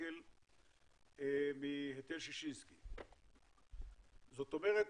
שקל מהיטל ששינסקי, זאת אומרת